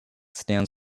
stands